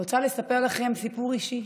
אני רוצה לספר לכם סיפור אישי,